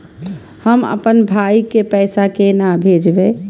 हम आपन भाई के पैसा केना भेजबे?